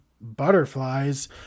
butterflies